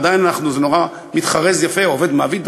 ועדיין זה נורא מתחרז יפה: עובד מעביד,